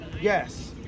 yes